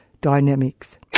Dynamics